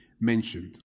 mentioned